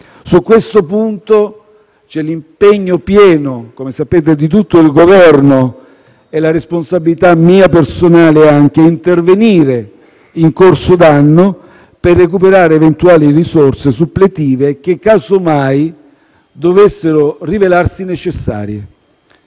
Su questo punto c'è l'impegno pieno - come sapete - di tutto il Governo e la responsabilità mia personale anche a intervenire in corso di anno per recuperare eventuali risorse suppletive che, casomai, dovessero rivelarsi necessarie.